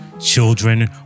children